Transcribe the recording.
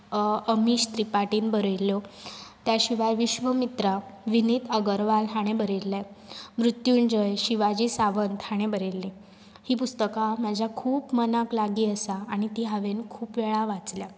अमीश त्रिपाटीन बरयल्ल्यो त्या शिवाय विश्वमित्रा विनीत अग्रवाल हाणें बरयल्लें मृत्युंजय शिवाजी सावंत हाणें बरयल्लें हीं पुस्तकां म्हज्या खूब मनाक लागीं आसात आनी तीं हांवें खूब वेळा वाचल्यात